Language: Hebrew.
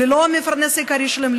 ללא המפרנס העיקרי שלהם,